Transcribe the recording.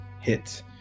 hit